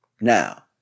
Now